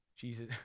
Jesus